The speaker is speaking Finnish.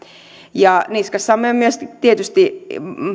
niskassamme on myös tietysti